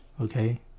okay